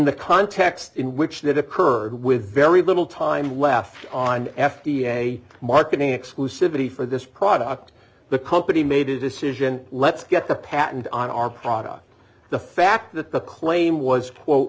the context in which that occurred with very little time left on f d a marketing exclusivity for this product the company made a decision let's get the patent on our product the fact that the claim was